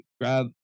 grab